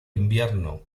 invierno